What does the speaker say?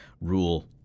rule